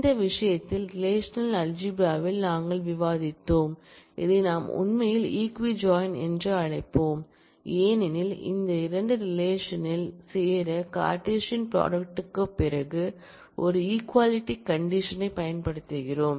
இந்த விஷயத்தில் ரெலேஷனல்அல்ஜிப்ரா ல் நாங்கள் விவாதித்தோம் இதை நாம் உண்மையில் ஈக்வி ஜாயின் என்று அழைப்போம் ஏனெனில் இந்த 2 ரிலேஷன்ல் சேர கார்ட்டீசியன் ப்ராடக்ட்க்குப் பிறகு ஒரு ஈக்வாலிட்டி கண்டிஷன் யைப் பயன்படுத்துகிறோம்